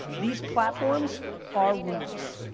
these platforms are rooms.